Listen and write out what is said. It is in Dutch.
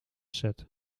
set